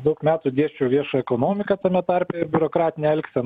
daug metų dėsčiau viešą ekonomiką tame tarpe ir biurokratinę elgseną ir jūs